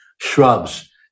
shrubs